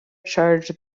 charged